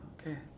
okay